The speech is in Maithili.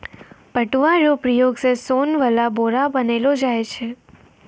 पटुआ रो प्रयोग से सोन वाला बोरा बनैलो जाय छै